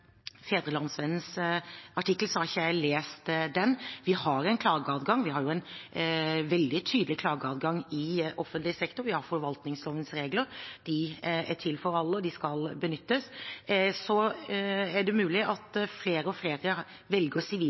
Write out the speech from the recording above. artikkel, har ikke jeg lest den. Vi har en klageadgang. Vi har en veldig tydelig klageadgang i offentlig sektor. Vi har forvaltningslovens regler. De er til for alle, og de skal benyttes. Så er det mulig at flere og flere velger